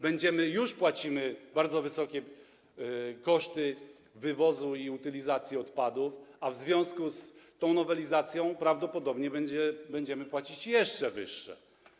Będziemy płacić, już płacimy bardzo wysokie koszty wywozu i utylizacji odpadów, a w związku z tą nowelizacją prawdopodobnie będziemy płacić jeszcze wyższe.